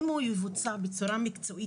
אם הוא יבוצע בצורה מקצועיות,